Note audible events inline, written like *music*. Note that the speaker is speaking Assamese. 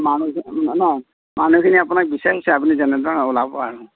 মানুহখিনি *unintelligible* মানুহখিনি আপোনাক বিচাৰিছে আপুনি যেনে তেনে ওলাব আৰু